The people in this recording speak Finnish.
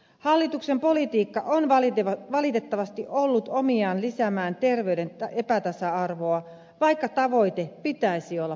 hallituksen politiikka on valitettavasti ollut omiaan lisäämään terveyden epätasa arvoa vaikka tavoite pitäisi olla päinvastoin